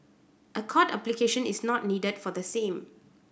a court application is not needed for the same